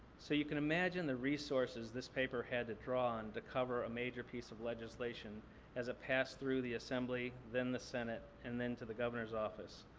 so you can imagine the resources this paper had to draw on, to cover a major piece of legislation as it passed through the assembly, then the senate, and then to the governor's office.